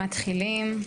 מתחילים.